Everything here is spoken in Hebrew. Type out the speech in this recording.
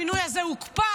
המינוי הזה הוקפא,